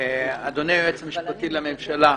אדוני היועץ המשפטי לממשלה,